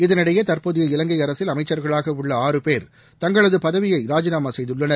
இதனிடையே தற்போதைய இலங்கை அரசில் அமைச்சர்களாக உள்ள ஆறு பேர் தங்கள் பதவியய ராஜினாமா செய்துள்ளனர்